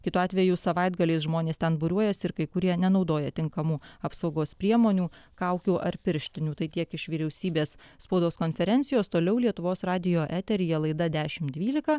kitu atveju savaitgaliais žmonės ten būriuojasi ir kai kurie nenaudoja tinkamų apsaugos priemonių kaukių ar pirštinių tai tiek iš vyriausybės spaudos konferencijos toliau lietuvos radijo eteryje laida dešim dvylika